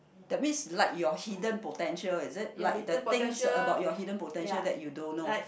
that means like your hidden potential is it like the things about your hidden potential that you don't know